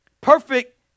perfect